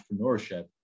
entrepreneurship